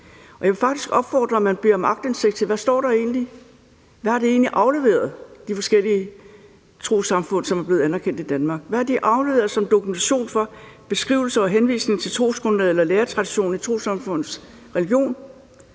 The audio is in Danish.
faktisk opfordre til, at man beder om aktindsigt for at se, hvad der egentlig står. Hvad har de forskellige trossamfund, som er blevet anerkendt i Danmark, egentlig afleveret som dokumentation for, beskrivelse af og henvisning til trosgrundlaget eller læretraditionen i trossamfundets religion?